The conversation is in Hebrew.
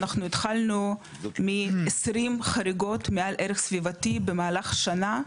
אנחנו התחלנו מ- 20 חריגות מעל ערך סביבתי במהלך שנה,